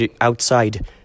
outside